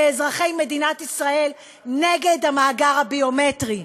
מאזרחי מדינת ישראל נגד המאגר הביומטרי.